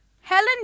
Helen